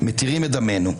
מתירים את דמנו.